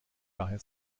daher